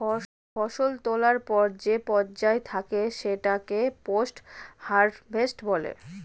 ফসল তোলার পর যে পর্যায় থাকে সেটাকে পোস্ট হারভেস্ট বলে